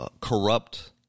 corrupt